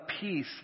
peace